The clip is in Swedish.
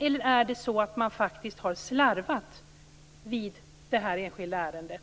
Eller är det så att man faktiskt har slarvat i det här enskilda ärendet?